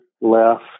left